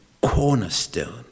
cornerstone